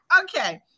okay